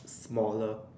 smaller